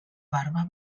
barba